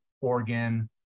Oregon